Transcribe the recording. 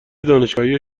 دانشگاهی